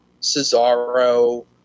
Cesaro